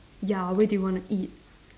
ya where do you want to eat